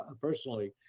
personally